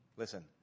Listen